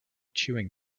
chewing